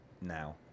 now